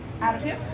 attitude